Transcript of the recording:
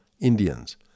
Indians